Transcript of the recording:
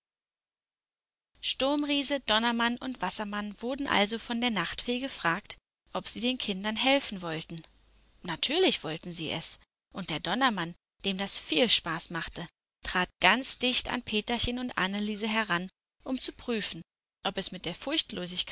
sturmriese donnermann und wassermann wurden also von der nachtfee gefragt ob sie den kindern helfen wollten natürlich wollten sie es und der donnermann dem das viel spaß machte trat ganz dicht an peterchen und anneliese heran um zu prüfen ob es mit der